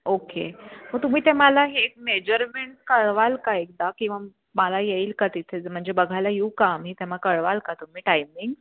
okay मग तुम्ही ते मला हे एक मेजरमेंट कळवाल का एकदा किंवा मला येईल का तिथे म्हणजे बघायला येऊ का आम्ही ते मग कळवाल का तुम्ही टायमिंग